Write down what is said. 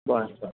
बर बर